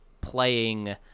playing